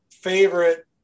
favorite